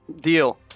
Deal